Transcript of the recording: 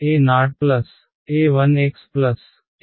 కాబట్టి paoa1xa2x2